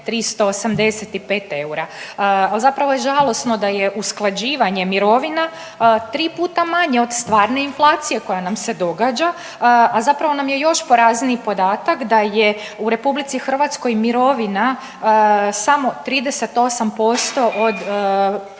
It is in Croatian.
385 eura. A zapravo je žalosno da je usklađivanje mirovina 3 puta manje od stvarne inflacije koja nam se događa, a zapravo nam je još porazniji podatak da je u RH mirovina samo 38% od